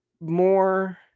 more